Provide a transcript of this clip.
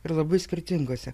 ir labai skirtingose